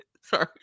Sorry